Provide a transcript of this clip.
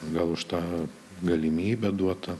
gal už tą galimybę duota